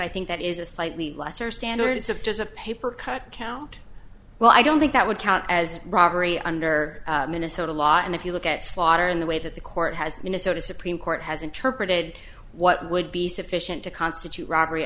i think that is a slightly lesser standards of just a paper cut count well i don't think that would count as robbery under minnesota law and if you look at slaughter in the way that the court has minnesota supreme court has interpreted what would be sufficient to constitute robbery